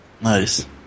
nice